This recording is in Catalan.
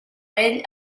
vell